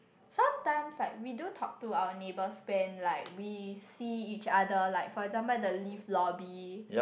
sometimes like we do talk to our neighbours when like we see each other like for example the lift lobby